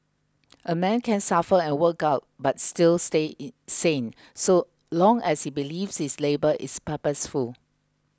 a man can suffer and work out but still stay in sane so long as he believes his labour is purposeful